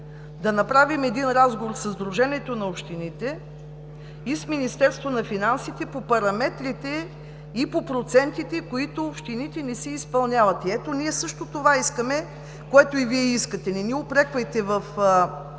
да направим разговор със Сдружението на общините и с Министерството на финансите по параметрите и по процентите, които общините не си изпълняват. Ето, ние също това искаме, което и Вие искате. Не ни упреквайте в